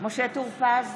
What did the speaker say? משה טור פז,